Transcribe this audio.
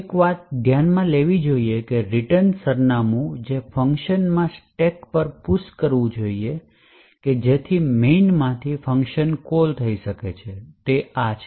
એક વાત ધ્યાનમાં લેવી જોઈએ કે રીટર્ન સરનામું જે ફંકશનમાં સ્ટેક પર પુશ કરવું જોઈએ કે જેથી મેઇનમાં થી ફંકશન કોલ થઈ શકે તે આ છે